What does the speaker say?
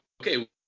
okay